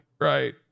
right